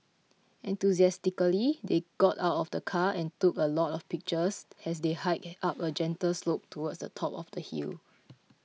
enthusiastically they got out of the car and took a lot of pictures as they hiked up a gentle slope towards the top of the hill